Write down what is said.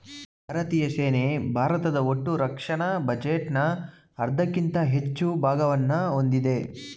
ಭಾರತೀಯ ಸೇನೆ ಭಾರತದ ಒಟ್ಟುರಕ್ಷಣಾ ಬಜೆಟ್ನ ಅರ್ಧಕ್ಕಿಂತ ಹೆಚ್ಚು ಭಾಗವನ್ನ ಹೊಂದಿದೆ